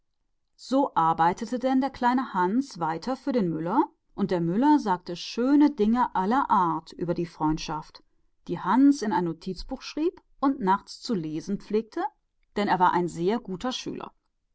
so arbeitete der kleine hans für den müller und der sagte ihm alles mögliche schöne über die freundschaft was hans alles in ein notizbuch aufschrieb und des nachts durchlas denn er war ein sehr gelehriger schüler